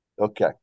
Okay